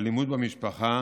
אלימות במשפחה